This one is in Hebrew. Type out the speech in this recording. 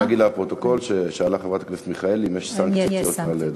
נגיד לפרוטוקול ששאלה חברת הכנסת מיכאלי אם יש סנקציות על הדבר.